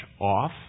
off